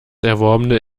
erworbene